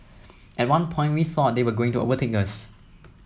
at one point we thought they were going to overtake us